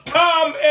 come